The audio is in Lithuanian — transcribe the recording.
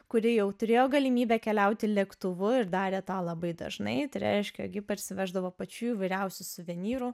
kuri jau turėjo galimybę keliauti lėktuvu ir darė tą labai dažnai tai reiškia jog ji parsiveždavo pačių įvairiausių suvenyrų